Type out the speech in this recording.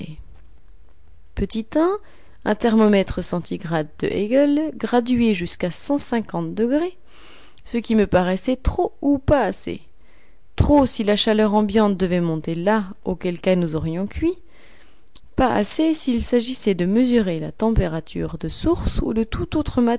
o un thermomètre centigrade de eigel gradué jusqu'à cent cinquante degrés ce qui me paraissait trop ou pas assez trop si la chaleur ambiante devait monter là auquel cas nous aurions cuit pas assez s'il s'agissait de mesurer la température de sources ou toute autre